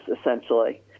essentially